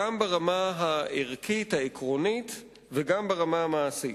גם ברמה הערכית העקרונית וגם ברמה המעשית.